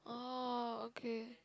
orh okay